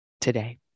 today